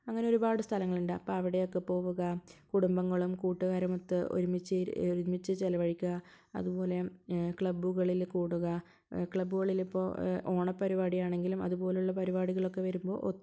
അങ്ങനെ ഒരുപാട് സ്ഥലങ്ങളുണ്ട് അപ്പോൾ അവിടെയൊക്കെ പോവുക കുടുംബങ്ങളും കൂട്ടുകാരും ഒത്ത് ഒരുമിച്ച് ഇര് ഒരുമിച്ച് ചിലവഴിക്കുക അതുപോലെ ക്ലബ്ബ്കളിൽ കൂടുക ക്ലബ്ബുകളിൽ ഇപ്പോൾ ഓണപരിപാടി ആണെങ്കിലും അതുപോലുള്ള പരിപാടികൾ ഒക്കെ വരുമ്പോൾ